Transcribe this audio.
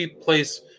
place